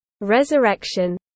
resurrection